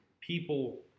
people